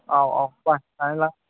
औ औ बासिनानै लां